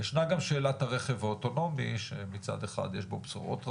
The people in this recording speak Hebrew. ישנה גם שאלת הרכב האוטונומי שמצד אחד יש בו בשורות רבות,